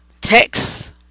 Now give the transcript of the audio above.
text